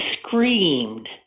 screamed